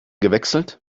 gewechselt